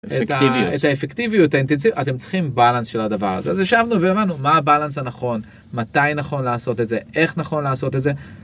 את האפקטיביות אתם צריכים באלנס של הדבר הזה, אז ישבנו ואמרנו מה הבאלנס הנכון מתי נכון לעשות את זה איך נכון לעשות את זה.